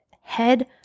head